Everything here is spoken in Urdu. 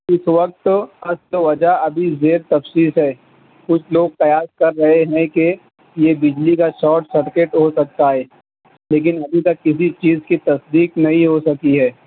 اِس وقت اصل وجہ ابھی زیر تفتیش ہے کچھ لوگ قیاس کر رہے ہیں کہ یہ بجلی کا شارٹ سرکٹ ہو سکتا ہے لیکن ابھی تک کسی چیز کی تصدیق نہیں ہو سکی ہے